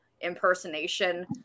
impersonation